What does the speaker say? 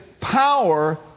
power